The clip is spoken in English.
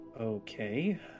Okay